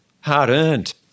hard-earned